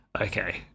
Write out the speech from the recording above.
okay